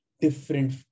different